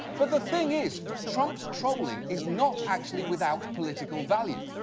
but the thing is, trump's trolling is not actually without political value.